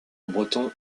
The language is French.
breton